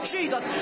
Jesus